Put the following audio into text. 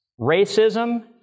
racism